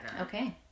Okay